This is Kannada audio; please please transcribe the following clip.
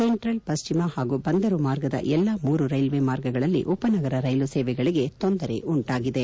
ಸೆಂಟ್ರಲ್ ಪಶ್ಚಿಮ ಹಾಗೂ ಬಂದರು ಮಾರ್ಗದ ಎಲ್ಲ ಮೂರು ರೈಲ್ವೆ ಮಾರ್ಗಗಳಲ್ಲಿ ಉಪನಗರ ರೈಲು ಸೇವೆಗಳಗೆ ತೊಂದರೆಯುಂಟಾಗಿದೆ